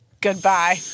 Goodbye